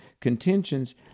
Contentions